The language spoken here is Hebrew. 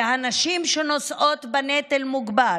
והנשים, שנושאות בנטל מוגבר